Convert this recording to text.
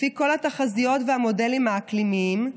לפי כל התחזיות והמודלים האקלימיים,